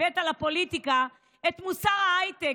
הבאת לפוליטיקה את מוסר ההייטק.